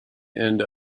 end